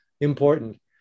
important